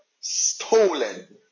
stolen